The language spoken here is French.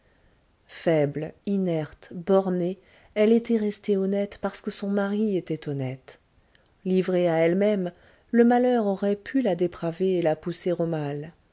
faible inerte bornée elle était restée honnête parce que son mari était honnête livrée à elle-même le malheur aurait pu la dépraver et la pousser